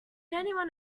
anyone